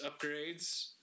upgrades